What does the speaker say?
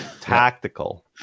tactical